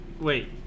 Wait